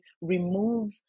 remove